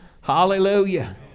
Hallelujah